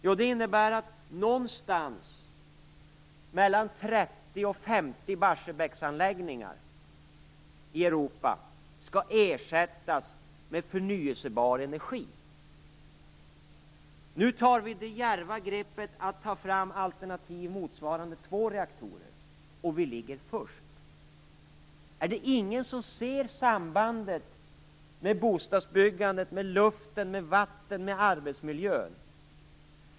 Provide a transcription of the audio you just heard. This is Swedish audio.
Jo, det innebär att någonstans mellan 30 och 50 Barsebäcksanläggningar i Europa skall ersättas med förnyelsebar energi. Nu tar vi det djärva greppet för att ta fram alternativ motsvarande två reaktorer, och vi ligger först. Är det ingen som ser sambandet med bostadsbyggandet, med luft, med vatten och med arbetsmiljön?